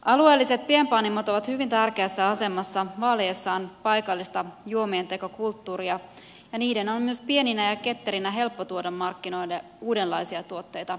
alueelliset pienpanimot ovat hyvin tärkeässä asemassa vaaliessaan paikallista juomientekokulttuuria ja niiden on myös pieninä ja ketterinä helppo tuoda markkinoille uudenlaisia tuotteita kuluttajille